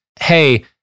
Hey